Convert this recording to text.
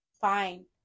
fine